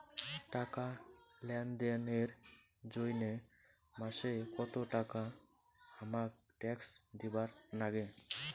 টাকা লেনদেন এর জইন্যে মাসে কত টাকা হামাক ট্যাক্স দিবার নাগে?